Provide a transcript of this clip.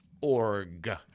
org